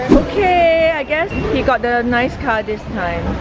ok, i guess he got the nice car this time,